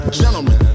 gentlemen